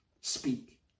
Speak